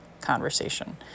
conversation